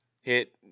hit